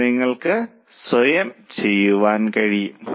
ഇത് നിങ്ങൾക്ക് സ്വയം ചെയ്യാൻ കഴിയും